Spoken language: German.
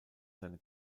seine